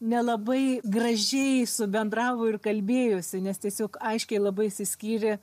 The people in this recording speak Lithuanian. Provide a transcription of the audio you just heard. nelabai gražiai subendravo ir kalbėjosi nes tiesiog aiškiai labai išsiskyrė